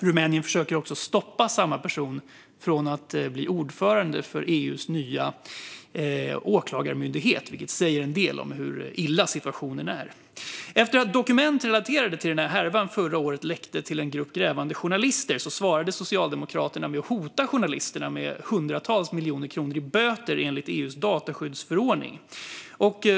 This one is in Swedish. Rumänien försöker också stoppa samma person från att bli ordförande för EU:s nya åklagarmyndighet, vilket säger en del om hur illa situationen är. Efter att dokument relaterade till den härvan förra året läckte till en grupp grävande journalister svarade socialdemokraterna med att hota journalisterna med hundratals miljoner kronor i böter enligt EU:s dataskyddsförordning.